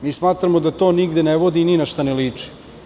Mi smatramo da to nigde ne vodi i ni na šta ne liči.